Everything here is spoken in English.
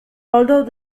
although